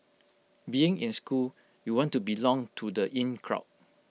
being in school you want to belong to the in crowd